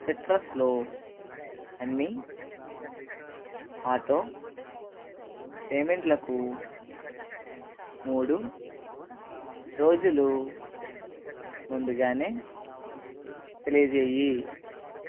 సిట్రస్లో అన్ని ఆటో పేమెంట్లకు మూడు రోజులు ముందుగానే తెలియజేయి